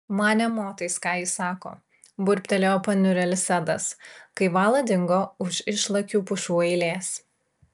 man nė motais ką ji sako burbtelėjo paniurėlis edas kai vala dingo už išlakių pušų eilės